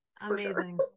Amazing